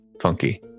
Funky